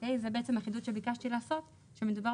זה בעצם החידוד שביקשתי לעשות שמדובר